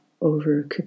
over